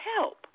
help